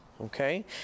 Okay